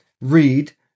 read